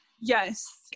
Yes